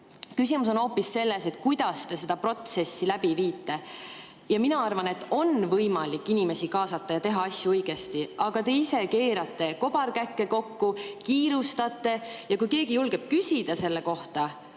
Küsimus on hoopis selles, kuidas te seda protsessi läbi viite. Mina arvan, et on võimalik inimesi kaasata ja teha asju õigesti. Aga te ise keerate kobarkäkke kokku, kiirustate, ja kui keegi julgeb selle kohta